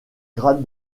grade